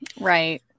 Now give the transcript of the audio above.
right